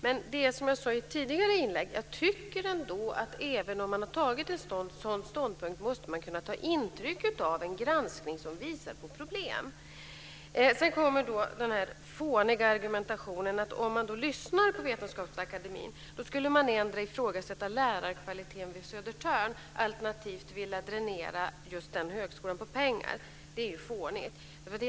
Men som jag sade i ett tidigare inlägg tycker jag att även om man har gjort en sådan ståndpunkt måste man kunna ta intryck av en granskning som visar på problem. Sedan kommer den fåniga argumentationen att om man lyssnar på Vetenskapsakademien skulle man endera ifrågasätta lärarkvaliteten vid Södertörn eller vilja dränera just den högskolan på pengar. Det är ju fånigt.